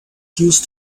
used